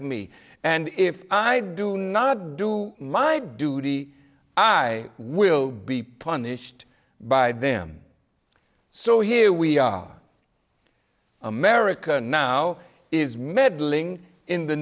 me and if i do not do my duty i will be punished by them so here we are america now is meddling in the